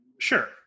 Sure